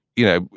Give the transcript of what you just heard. you know,